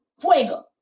Fuego